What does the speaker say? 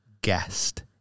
guest